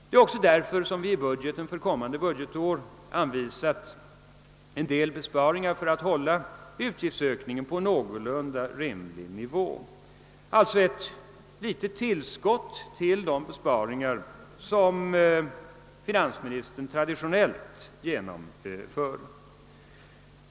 Det är också därför som vi i budgeten för kommande budgetår har anvisat en del besparingar för att hålla utgiftsökningen på en någorlunda rimlig nivå — alltså ett litet tillskott till de besparingar som finansministern traditionellt genomför.